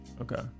okay